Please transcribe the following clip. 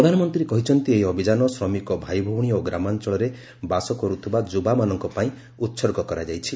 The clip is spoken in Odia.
ପ୍ରଧାନମନ୍ତ୍ରୀ କହିଛନ୍ତି ଏହି ଅଭିଯାନ ଶ୍ରମିକ ଭାଇଭଉଣୀ ଓ ଗ୍ରାମାଞଳର ବାସ କରୁଥିବା ଯୁବାମାନଙ୍କ ପାଇଁ ଉହର୍ଗ କରାଯାଇଛି